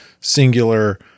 singular